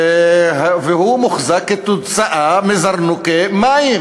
והוא מוחזק, כתוצאה מזרנוקי מים